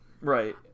Right